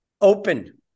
open